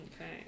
Okay